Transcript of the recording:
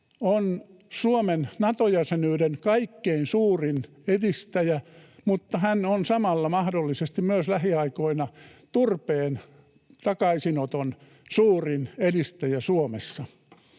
on Suomen Nato-jäsenyyden kaikkein suurin edistäjä mutta hän on samalla mahdollisesti lähiaikoina myös turpeen takaisinoton suurin edistäjä Suomessa.